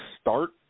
start